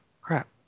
Crap